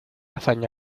hazaña